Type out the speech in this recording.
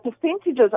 percentages